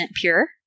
pure